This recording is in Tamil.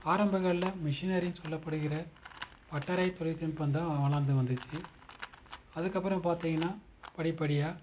ஆரம்பங்கள்ல மிஷினரின்னு சொல்லப்படுகின்ற பட்டறை தொழில்நுட்பம்தான் வளர்ந்து வந்துச்சு அதுக்கப்புறம் பார்த்தீங்கன்னா படிப்படியாக